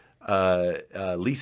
Lisa